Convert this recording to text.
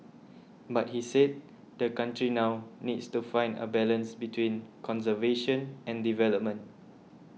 but he said the country now needs to find a balance between conservation and development